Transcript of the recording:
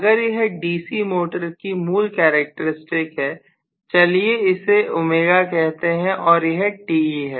अगर यह DC motor की मूल कैरेक्टर स्टिक है चलिए इसे ω कहते हैं और यह Te है